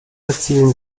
erzielen